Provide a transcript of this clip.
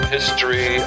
History